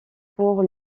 pour